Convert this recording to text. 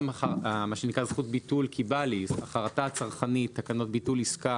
גם זכות ביטול "כי בא לי" חרטה צרכנית ותקנות ביטול עסקה